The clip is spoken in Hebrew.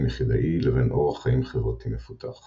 יחידאי לבין אורח חיים חברתי מפותח